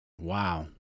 Wow